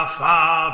far